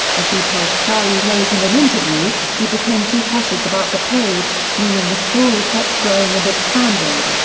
as he told charlie rose in an interview, he became too precious about the page, meaning the story kept growing and expanding.